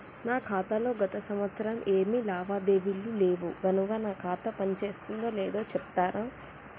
నా ఖాతా లో గత సంవత్సరం ఏమి లావాదేవీలు లేవు కనుక నా ఖాతా పని చేస్తుందో లేదో చెప్తరా?